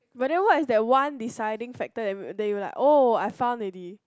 but then what is that one deciding factor that that you will like oh I found already